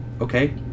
okay